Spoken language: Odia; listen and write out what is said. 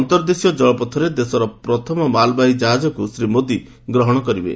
ଅନ୍ତର୍ଦେଶୀୟ ଜଳପଥରେ ଦେଶର ପ୍ରଥମ ମାଲବାହୀ ଜାହାଜକୁ ଶ୍ରୀ ମୋଦି ଗ୍ରହଣ କରିବେ